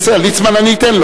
חבר הכנסת אורי